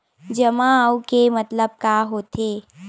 जमा आऊ के मतलब का होथे?